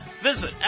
Visit